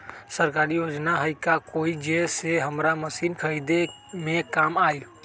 सरकारी योजना हई का कोइ जे से हमरा मशीन खरीदे में काम आई?